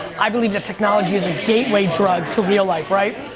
i believe that technology is a gateway drug to real life, right?